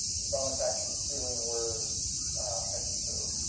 bonus action healing word pikey-poo,